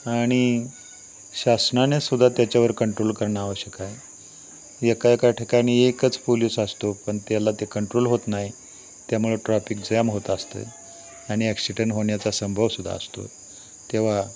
आणि शासनाने सुद्धा त्याच्यावर कंट्रोल करणं आवश्यक आहे एका एका ठिकाणी एकच पोलिस असतो पण त्याला ते कंट्रोल होत नाही त्यामुळं ट्रॉपीक जॅम होत असतं आणि ॲक्सिडेंट होण्याचा संभव सुद्धा असतो तेव्हा